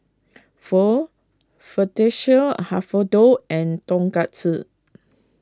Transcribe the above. Pho Fettuccine Alfredo and Tonkatsu